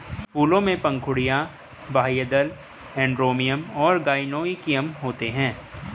फूलों में पंखुड़ियाँ, बाह्यदल, एंड्रोमियम और गाइनोइकियम होते हैं